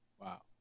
wow